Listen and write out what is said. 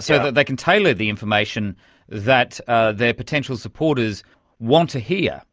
so that they can tailor the information that their potential supporters want to hear.